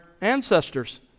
ancestors